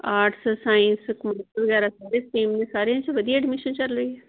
arts science computer ਵਗੈਰਾ ਸਾਰੇ streams ਨੇ ਸਾਰਿਆਂ 'ਚ ਵਧੀਆ ਐਡਮਿਸ਼ਨ ਚੱਲ ਰਹੀ ਹੈ